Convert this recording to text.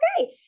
okay